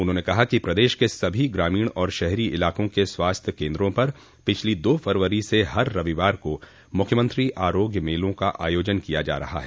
उन्होंने कहा कि प्रदेश के सभी ग्रामीण और शहरी इलाकों के स्वास्थ्य केन्द्रों पर पिछली दो फरवरी से हर रविवार को मूख्यमंत्री आरोग्य मेलों का आयोजन किया जा रहा है